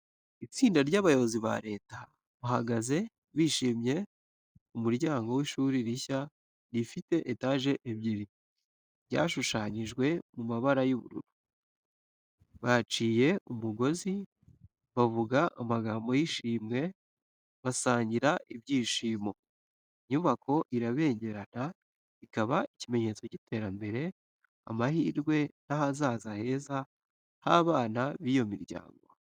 Itsinda ry’abayobozi ba leta bahagaze bishimye ku muryango w’ishuri rishya rifite etaje ebyiri, ryashushanyijwe mu mabara y’ubururu. Baciye umugozi, bavuga amagambo y’ishimwe, basangira ibyishimo. Inyubako irabengerana, ikaba ikimenyetso cy’iterambere, amahirwe n’ahazaza heza h’abana b’iyo miryango.